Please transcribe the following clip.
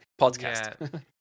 Podcast